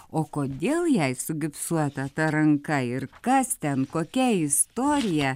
o kodėl jai sugipsuota ta ranka ir kas ten kokia istorija